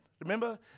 remember